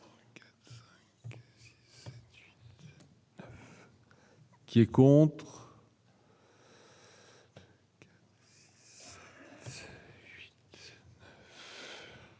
Qui est contre.